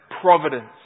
providence